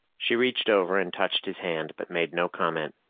she reached over and touched his hand, but made no comment.